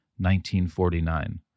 1949